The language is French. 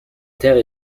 terre